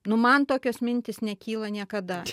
nu man tokios mintys nekyla niekada